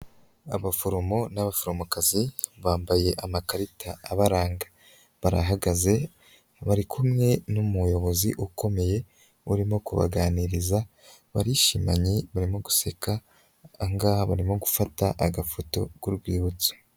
Abaforomo n'abaforomokazi, bambaye amakarita abaranga. Barahagaze, bari kumwe n'umuyobozi ukomeye, urimo kubaganiriza, barishimanye barimo guseka, aha ngaha barimo gufata, agafoto k'urwibutso.